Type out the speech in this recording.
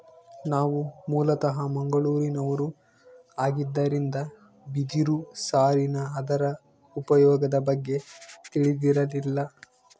ನಾವು ಮೂಲತಃ ಮಂಗಳೂರಿನವರು ಆಗಿದ್ದರಿಂದ ಬಿದಿರು ಸಾರಿನ ಅದರ ಉಪಯೋಗದ ಬಗ್ಗೆ ತಿಳಿದಿರಲಿಲ್ಲ